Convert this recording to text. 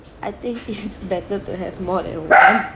I think it's better to have more than one